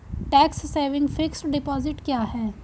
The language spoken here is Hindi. टैक्स सेविंग फिक्स्ड डिपॉजिट क्या है?